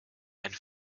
and